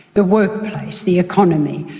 the workplace, the economy,